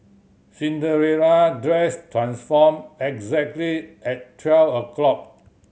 Cinderella dress transformed exactly at twelve o'clock